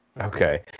Okay